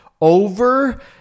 over